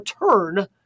return